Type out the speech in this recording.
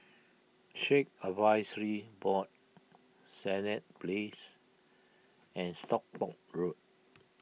Sikh Advisory Board Senett Place and Stockport Road